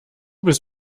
bist